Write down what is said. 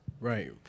Right